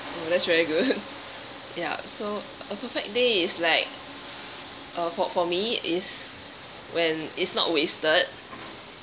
well that's very good ya so a perfect day is like uh for for me is when it's not wasted